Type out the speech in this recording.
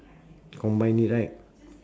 combine it right